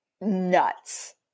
nuts